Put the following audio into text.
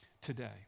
today